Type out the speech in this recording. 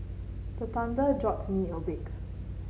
the thunder jolt me awake